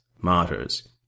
martyrs